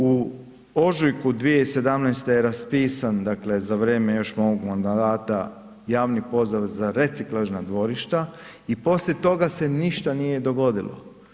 U ožujku 2017. je raspisa, dakle za vrijeme još mog mandata javni poziv za reciklažna dvorišta i poslije toga se ništa nije dogodilo.